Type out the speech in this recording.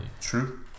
True